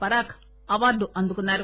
Parag award అందుకున్నారు